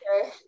Okay